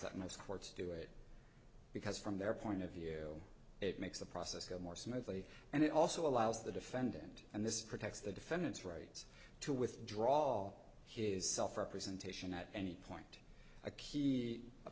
that most courts do it because from their point of view it makes the process go more smoothly and it also allows the defendant and this protects the defendant's rights to withdraw his self representation at any point a key